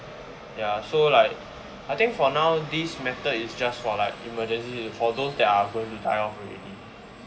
ya so like I think for now this method is just for like emergency for those that are going to die lor